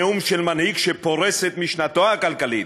נאום של מנהיג שפורס את משנתו הכלכלית.